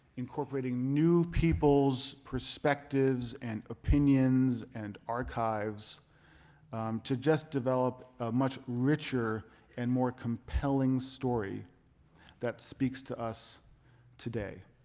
incorporating new people's perspectives and opinions and archives to just develop a much richer and more compelling story that speaks to us today.